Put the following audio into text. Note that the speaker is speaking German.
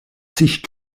sich